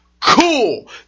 cool